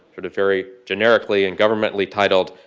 sort of very generically and governmentally titled,